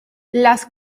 las